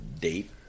date